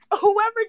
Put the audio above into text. whoever